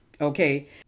okay